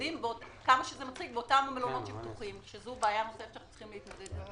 זו בעיה נוספת שאנחנו צריכים להתמודד אתה.